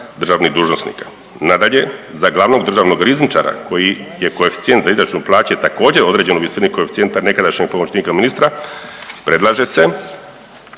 državnih dužnosnika. Nadalje, za glavnog državnog rizničara koji je koeficijent za izračun plaće također, određen u visini koeficijenta nekadašnjeg pomoćnika ministra, predlaže se